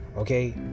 Okay